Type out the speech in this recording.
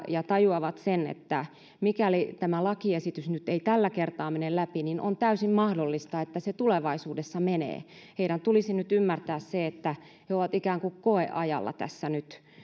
ja tajuavat sen että mikäli tämä lakiesitys nyt tällä kertaa ei mene läpi on täysin mahdollista että se tulevaisuudessa menee heidän tulisi nyt ymmärtää se että he ovat ikään kuin koeajalla tässä nyt